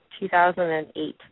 2008